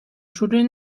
children